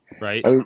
right